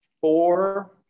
four